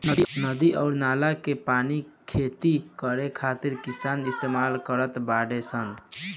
नदी अउर नाला के पानी खेती करे खातिर किसान इस्तमाल करत बाडे सन